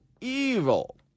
evil